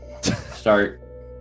start